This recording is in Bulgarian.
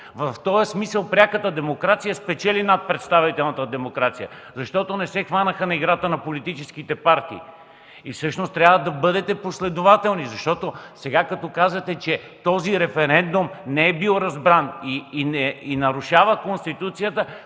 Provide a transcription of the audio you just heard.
В този смисъл пряката демокрация спечели над представителната демокрация, защото не се хванаха на играта на политическите партии. Трябва да бъдете последователни, защото сега, като казвате, че този референдум не е бил разбран и нарушава Конституцията,